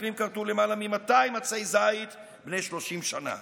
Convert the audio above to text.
מתנחלים כרתו למעלה מ-200 עצי זית בני 30 שנה,